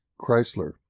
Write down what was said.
Chrysler